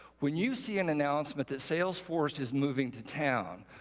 when you see an announcement that salesforce is moving to town,